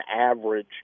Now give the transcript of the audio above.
average